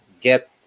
get